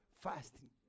fasting